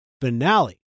finale